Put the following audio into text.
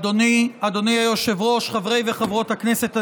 אדוני היושב-ראש, חברי וחברות הכנסת הנכבדים,